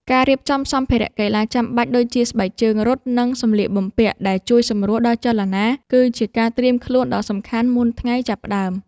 ការរៀបចំសម្ភារៈកីឡាចាំបាច់ ដូចជាស្បែកជើងរត់ និងសម្លៀកបំពាក់ដែលជួយសម្រួលដល់ចលនា គឺជាការត្រៀមខ្លួនដ៏សំខាន់មុនថ្ងៃចាប់ផ្ដើម។